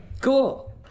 Cool